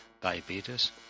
diabetes